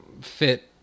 fit